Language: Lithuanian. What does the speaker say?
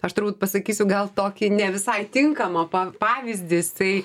aš turbūt pasakysiu gal tokį ne visai tinkamą tą pa pavyzdį jisai